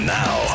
now